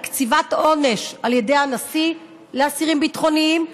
קציבת עונש על ידי הנשיא לאסירים ביטחוניים.